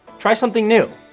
try something new.